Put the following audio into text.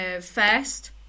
first